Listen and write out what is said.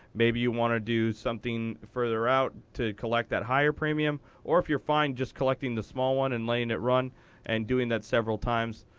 maybe you want to do something further out to collect that higher premium. or if you're fine just collecting the small one and letting it run and doing that several times,